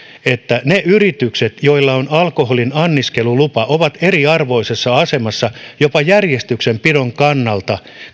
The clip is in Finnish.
että ne yritykset joilla on alkoholin anniskelulupa ovat eriarvoisessa asemassa jopa järjestyksenpidon kannalta